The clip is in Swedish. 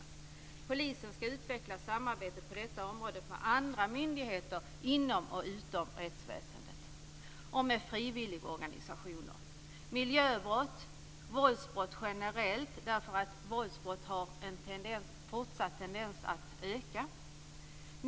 Polisen ska utveckla samarbetet på detta område med andra myndigheter inom och utom rättsväsendet och med frivilligorganisationer. Andra exempel är miljöbrott och våldsbrott generellt, därför att våldsbrott har fortsatt en tendens att öka.